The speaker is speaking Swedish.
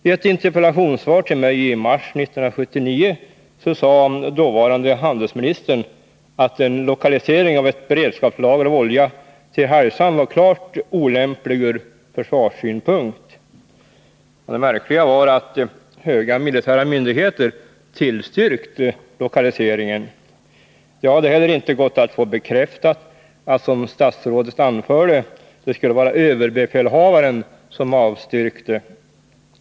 I ett interpellationssvar till mig i mars 1979 sade dåvarande handelsministern att en lokalisering av ett beredskapslager av olja till Hargshamn var klart olämplig ur försvarssynpunkt. Det märkliga var att höga militära myndigheter tillstyrkt lokaliseringen. Det hade heller inte gått att få bekräftat att det, som statsrådet anförde, skulle vara överbefälhavaren som avstyrkt det.